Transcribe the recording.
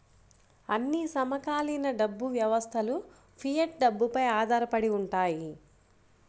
అన్ని సమకాలీన డబ్బు వ్యవస్థలుఫియట్ డబ్బుపై ఆధారపడి ఉంటాయి